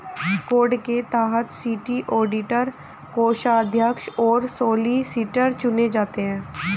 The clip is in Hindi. कोड के तहत सिटी ऑडिटर, कोषाध्यक्ष और सॉलिसिटर चुने जाते हैं